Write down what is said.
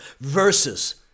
Versus